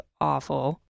awful